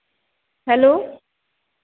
hello